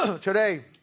today